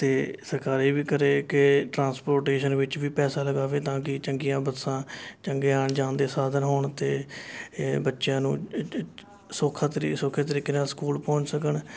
ਅਤੇ ਸਰਕਾਰ ਇਹ ਵੀ ਕਰੇ ਕਿ ਟਰਾਂਸਪੋਟੇਸ਼ਨ ਵਿੱਚ ਵੀ ਪੈਸਾ ਲਗਾਵੇ ਤਾਂ ਕਿ ਚੰਗੀਆਂ ਬੱਸਾਂ ਚੰਗੇ ਆਉਣ ਜਾਣ ਦੇ ਸਾਧਨ ਹੋਣ ਅਤੇ ਇਹ ਬੱਚਿਆਂ ਨੂੰ ਸੌਖਾ ਸੌਖੇ ਤਰੀਕੇ ਨਾਲ਼ ਸਕੂਲ ਪਹੁੰਚ ਸਕਣ